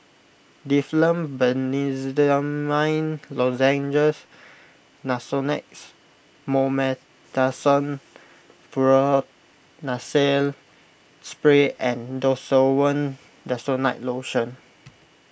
Difflam Benzydamine Lozenges Nasonex Mometasone Furoate Nasal Spray and Desowen Desonide Lotion